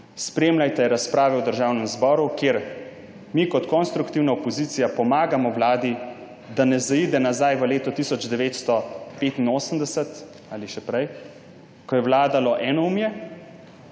spremljajte razprave v Državnem zboru, kjer mi kot konstruktivna opozicija pomagamo vladi, da ne zaide nazaj v leto 1985 ali še nazaj, ko je vladalo enoumje,